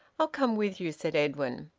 i'll come with you, said edwin.